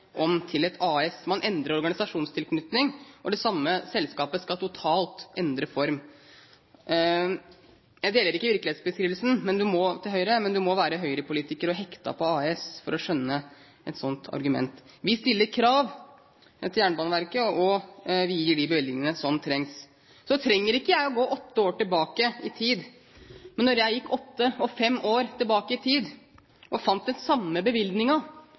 om til et AS? Man endrer organisasjonstilknytning, og det samme selskapet skal totalt endre form. Jeg deler ikke virkelighetsbeskrivelsen til Høyre, men du må være Høyre-politiker og hektet på AS for å skjønne et sånt argument. Vi stiller krav til Jernbaneverket, og vi gir de bevilgningene som trengs. Så trenger ikke jeg å gå åtte år tilbake i tid. Men når jeg gikk åtte – og fem – år tilbake i tid og fant den samme